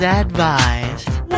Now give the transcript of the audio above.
advised